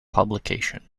publication